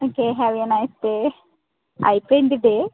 okay have a nice day అయిపోయింది day